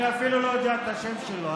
אני אפילו לא יודע את השם שלו,